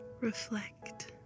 reflect